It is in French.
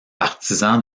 partisan